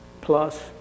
plus